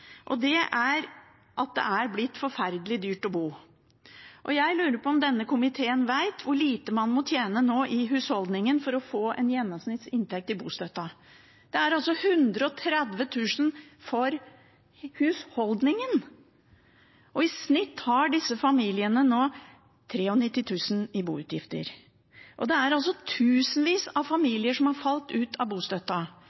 fattigste barnefamiliene – at det er blitt forferdelig dyrt å bo. Jeg lurer på om denne komiteen vet hvor lite man må tjene i husholdningen, i gjennomsnittsinntekt, for å få bostøtte – 130 000 kr for husholdningen! I snitt har disse familiene nå 93 000 kr i boutgifter. Det er altså tusenvis av